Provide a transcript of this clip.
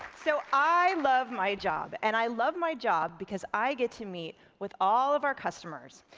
so i love my job and i love my job because i get to meet with all of our customers.